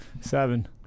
Seven